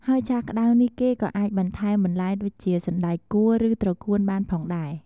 ហើយឆាក្តៅនេះគេក៏អាចបន្ថែមបន្លែដូចជា សណ្តែកគួរ ឬត្រកួនបានផងដែរ។